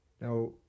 Now